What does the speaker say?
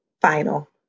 final